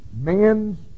man's